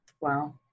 Wow